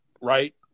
right